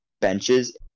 benches